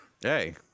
Hey